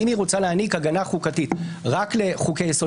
האם היא רוצה להעניק הגנה חוקתית רק לחוקי יסוד